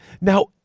now